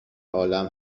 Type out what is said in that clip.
عالم